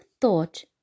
thought